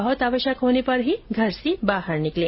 बहुत आवश्यक होने पर ही घर से बाहर निकलें